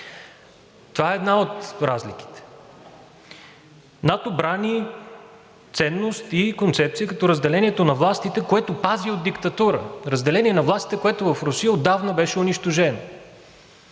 Това е една от разликите. НАТО брани ценност и концепция, като разделението на властите, което пази от диктатура. Разделение на властите, което в Русия отдавна беше унищожено,